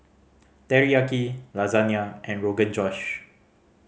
Teriyaki Lasagne and Rogan Josh